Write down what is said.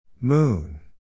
Moon